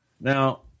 Now